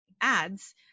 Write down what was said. ads